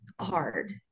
hard